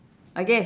okay